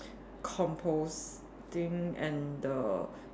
composting and the